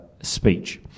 speech